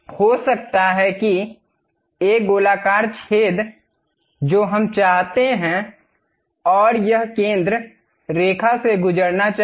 हो सकता है कि एक गोलाकार छेद जो हम चाहते हैं और यह केंद्र रेखा से गुजरना चाहिए